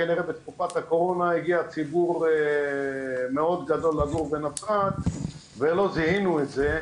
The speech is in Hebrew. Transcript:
בתקופת הקורונה הגיע ציבור מאד גדול לגור בנצרת ולא זיהינו את זה,